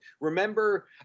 Remember